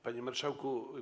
Panie Marszałku!